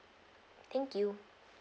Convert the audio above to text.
thank you